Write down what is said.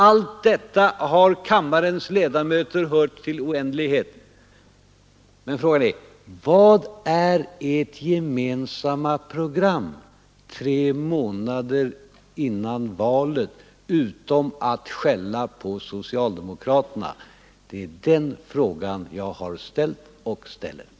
Allt detta har kammarens ledamöter hört i oändlighet. Men frågan är: Vad är ert gemensamma program tre månader före valet utom att skälla på Det är den frågan jag har ställt och ställer.